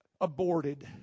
aborted